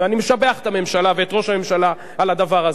ואני משבח את הממשלה ואת ראש הממשלה על הדבר הזה.